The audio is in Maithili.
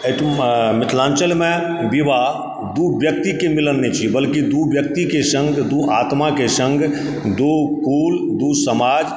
एहिठुम मिथिलान्चलमे विवाह दू व्यक्तिके मिलन नहि छै बल्कि दू व्यक्ति सङ्ग दू आत्माके सङ्ग दू कुल दू समाज